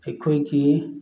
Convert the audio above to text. ꯑꯩꯈꯣꯏꯒꯤ